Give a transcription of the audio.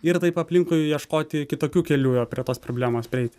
ir taip aplinkui ieškoti kitokių kelių prie tos problemos prieiti